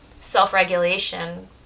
self-regulation